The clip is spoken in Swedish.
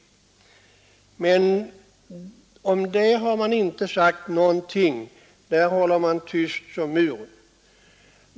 Men om det har det inte sagts någonting. Där tiger man som muren.